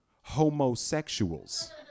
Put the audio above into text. homosexuals